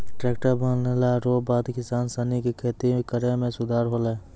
tractor बनला रो बाद किसान सनी के खेती करै मे सुधार होलै